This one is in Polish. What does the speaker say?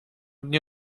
dni